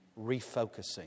refocusing